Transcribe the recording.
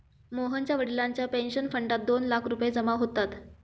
मोहनच्या वडिलांच्या पेन्शन फंडात दोन लाख रुपये जमा होतात